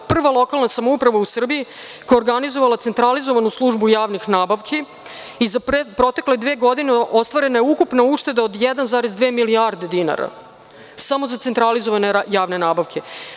To je prva lokalna samouprava u Srbiji koja je organizovala centralizovanu službu javnih nabavki i za protekle dve godine ostvarena je ukupna ušteda od 1,2 milijarde dinara samo za centralizovane javne nabavke.